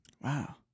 Wow